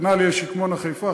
כנ"ל יהיה "שקמונה" חיפה,